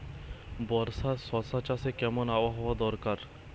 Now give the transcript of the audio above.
বর্ষার শশা চাষে কেমন আবহাওয়া দরকার?